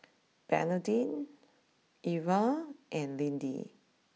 Bernardine Iva and Lindy